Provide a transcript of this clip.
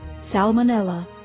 Salmonella